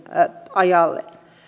ajalle